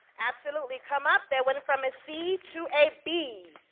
absolutely, come up. they went from a c to a b.